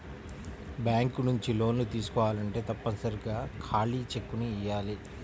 bank నుంచి లోన్లు తీసుకోవాలంటే తప్పనిసరిగా ఖాళీ చెక్కుని ఇయ్యాలి